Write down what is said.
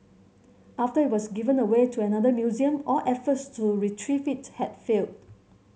after it was given away to another museum all efforts to retrieve it had failed